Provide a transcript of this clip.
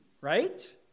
right